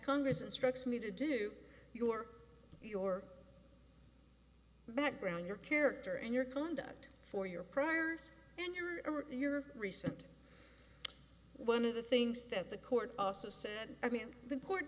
congress instructs me to do your your background your character and your conduct for your prior and your or your recent one of the things that the court also said i mean the